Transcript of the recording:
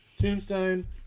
Tombstone